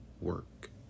work